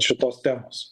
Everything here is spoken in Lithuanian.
šitos temos